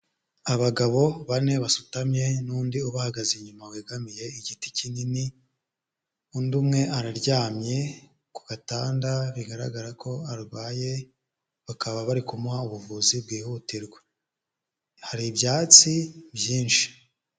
Abagabo bane basutamye n'undi ubahagaze inyuma wegamiye igiti kinini, undi umwe araryamye ku gatanda, bigaragara ko arwaye, bakaba bari kumuha ubuvuzi bwihutirwa, hari ibyatsi byinshi.